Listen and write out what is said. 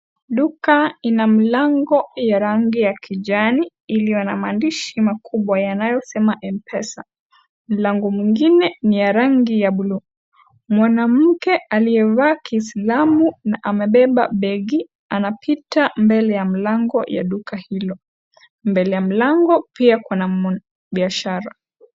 Duka ina mlango ya rangi ya kijani, iliyo na maandishi makubwa yanayosema Mpesa. Mlango mwingine ni ya rangi ya blue . Mwanamke aliyevaa kiislamu na amebeba begi anapita mbele ya mlango ya duka hilo, mbele ya mlango pia kuna biashara.